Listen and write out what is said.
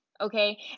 okay